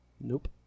nope